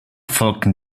folgten